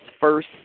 first